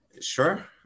sure